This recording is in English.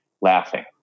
laughing